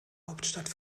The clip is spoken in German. hauptstadt